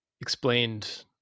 explained